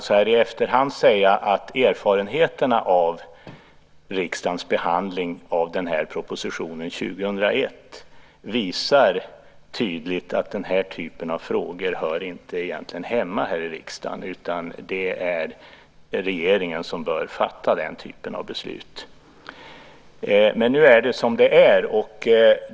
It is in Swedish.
Så här i efterhand kan man väl säga att erfarenheterna av riksdagens behandling av propositionen 2001 tydligt visar att den här typen av frågor egentligen inte hör hemma här i riksdagen. Det är regeringen som bör fatta den typen av beslut. Men nu är det som det är.